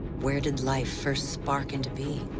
where did life first spark into being?